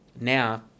Now